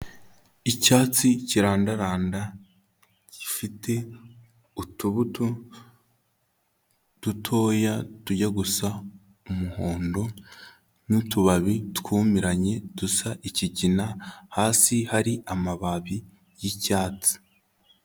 Icyatsi kirandaranda, gifite utubuto dutoya tujya gusa umuhondo n'utubabi twumiranye dusa ikigina hasi hari amababi y'icyatsi.